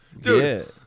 dude